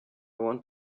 want